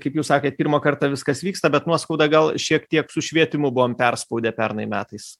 kaip jūs sakėt pirmą kartą viskas vyksta bet nuoskauda gal šiek tiek su švietimu buvom perspaudę pernai metais